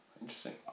Interesting